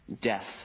Death